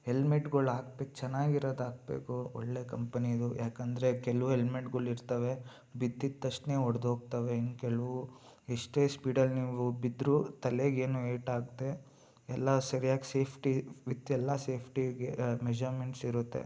ಹೆಲ್ಮೆಟ್ಗಳ್ ಹಾಕ್ಬೆಕ್ ಚನ್ನಾಗಿರೋದು ಹಾಕ್ಬೇಕು ಒಳ್ಳೆ ಕಂಪನಿದು ಯಾಕಂದರೆ ಕೆಲವು ಹೆಲ್ಮೆಟ್ಗಳ್ ಇರ್ತಾವೆ ಬಿದ್ದಿದ್ದ ತಕ್ಷಣೆ ಒಡೆದೋಗ್ತವೆ ಇನ್ನು ಕೆಲವು ಎಷ್ಟೇ ಸ್ಪೀಡಲ್ಲಿ ನೀವು ಬಿದ್ದರು ತಲೆಗೆ ಏನೂ ಏಟಾಗದೆ ಎಲ್ಲ ಸರಿಯಾಗಿ ಸೇಫ್ಟಿ ವಿತ್ ಎಲ್ಲ ಸೇಫ್ಟಿಗೆ ಮೆಝರ್ಮೆಂಟ್ಸ್ ಇರುತ್ತೆ